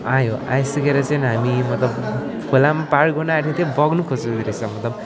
आयो आइसकेर चाहिँ हामी मतलब खोला पनि पार गर्नुआँटेको थियो बग्नु खोजाउँदो रहेछ मतलब